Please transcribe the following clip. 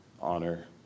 honor